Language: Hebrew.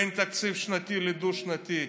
בין תקציב שנתי לדו-שנתי,